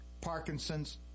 Parkinson's